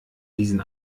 diesen